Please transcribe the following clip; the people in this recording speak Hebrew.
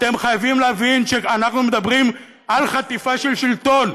אתם חייבים להבין שאנחנו מדברים על חטיפה של שלטון,